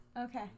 Okay